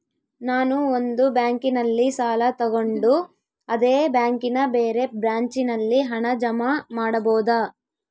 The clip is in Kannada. ನಾನು ಒಂದು ಬ್ಯಾಂಕಿನಲ್ಲಿ ಸಾಲ ತಗೊಂಡು ಅದೇ ಬ್ಯಾಂಕಿನ ಬೇರೆ ಬ್ರಾಂಚಿನಲ್ಲಿ ಹಣ ಜಮಾ ಮಾಡಬೋದ?